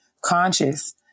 conscious